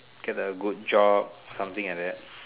get a good job something like that